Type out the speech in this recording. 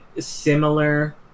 Similar